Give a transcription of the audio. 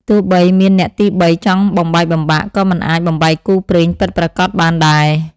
ទោះបីមានអ្នកទីបីចង់បំបែកបំបាក់ ក៏មិនអាចបំបែកគូព្រេងពិតប្រាកដបានដែរ។